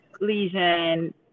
lesion